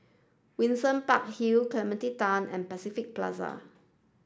Windsor Park Hill Clementi Town and Pacific Plaza